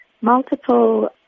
multiple